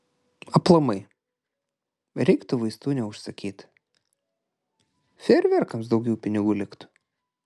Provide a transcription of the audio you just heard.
aplamai reiktų vaistų nebeužsakyt fejerverkams daugiau pinigų liktų